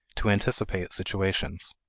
to anticipate situations.